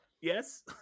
Yes